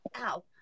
ow